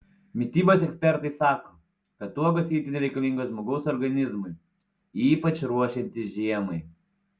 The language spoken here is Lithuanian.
mitybos ekspertai sako kad uogos itin reikalingos žmogaus organizmui ypač ruošiantis žiemai